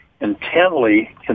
intently